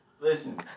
Listen